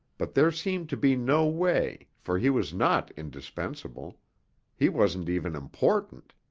but there seemed to be no way, for he was not indispensable he wasn't even important.